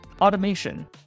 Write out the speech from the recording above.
Automation